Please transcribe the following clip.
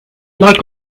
luck